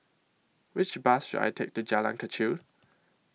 Which Bus should I Take to Jalan Kechil